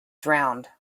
drowned